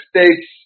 States